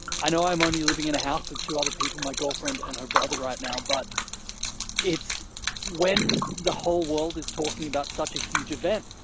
i know i'm only living in a house with two other people, my girlfriend and her brother, right now, but it's when the whole world is talking about such a huge event,